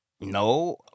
No